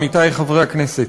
עמיתי חברי הכנסת,